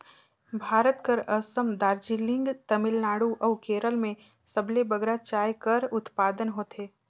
भारत कर असम, दार्जिलिंग, तमिलनाडु अउ केरल में सबले बगरा चाय कर उत्पादन होथे